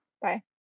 Bye